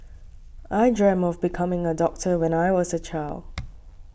I dreamt of becoming a doctor when I was a child